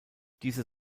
diese